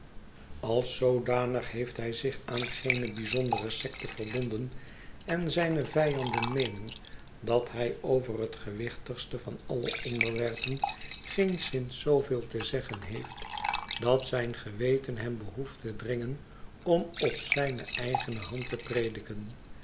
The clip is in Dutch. als zoodanig heeft hij zich aan geene bijzondere sekte verbonden en zijne vijanden meenen dat hij over het gewichtigste van alle onderwerpen geenszins zooveel te zeggen heeft dat zijn geweten hem behoeft te dringen om op zijne eigene hand te prediken